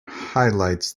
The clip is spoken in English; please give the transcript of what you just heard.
highlights